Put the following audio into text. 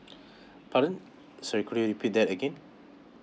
pardon sorry could you repeat that again